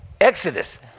Exodus